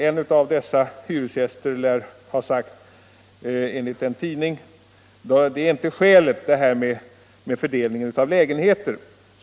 En av dessa hyresgäster lär ha sagt — det handlar om fördelningen av lägenheter — enligt en tidning: ”Det är inte skälet.